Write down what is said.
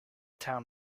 town